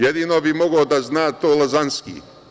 Jedino bi mogao da zna to Lazanski.